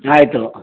ಆಯಿತು